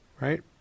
right